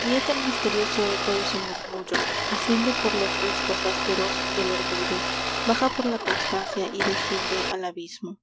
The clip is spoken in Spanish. guíete el misterioso eco de su murmullo asciende por los riscos ásperos del orgullo baja por la constancia y desciende al abismo